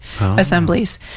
assemblies